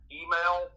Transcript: email